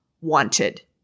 wanted